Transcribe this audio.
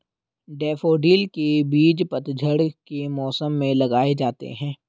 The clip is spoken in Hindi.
डैफ़ोडिल के बीज पतझड़ के मौसम में लगाए जाते हैं